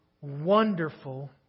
wonderful